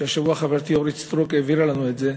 שהשבוע חברתי אורית סטרוק העבירה לנו את זה,